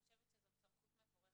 אני חושבת שזו סמכות מבורכת.